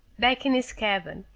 back in his cabin,